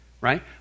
right